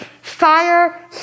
fire